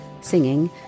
singing